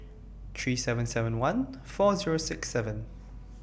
three seven seven one four Zero six seven